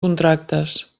contractes